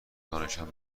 دانشمند